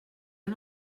una